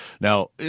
Now